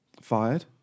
Fired